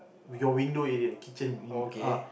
win your window area kitchen window